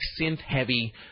synth-heavy